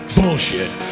bullshit